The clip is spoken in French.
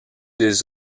des